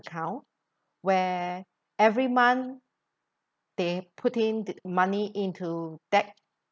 account where every month they put in th~ money into that